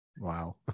Wow